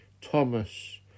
Thomas